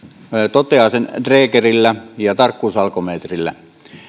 toteaa sen drägerillä ja tarkkuusalkometrillä